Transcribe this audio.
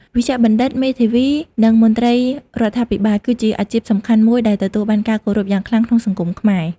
វេជ្ជបណ្ឌិត មេធាវី និងមន្ត្រីរដ្ឋាភិបាល គឺជាអាជីពសំខាន់មួយដែលទទួលបានការគោរពយ៉ាងខ្លាំងក្នុងសង្គមខ្មែរ។